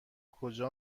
کجا